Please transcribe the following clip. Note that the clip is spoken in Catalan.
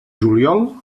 juliol